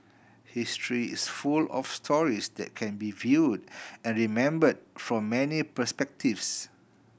history is full of stories that can be viewed and remembered from many perspectives